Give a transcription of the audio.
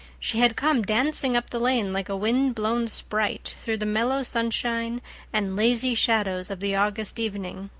she had come dancing up the lane, like a wind-blown sprite, through the mellow sunshine and lazy shadows of the august evening.